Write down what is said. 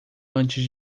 antes